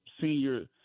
senior